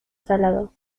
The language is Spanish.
salado